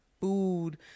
food